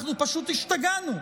אנחנו פשוט השתגענו.